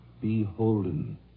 beholden